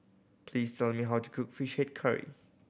please tell me how to cook Fish Head Curry